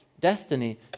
destiny